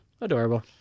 adorable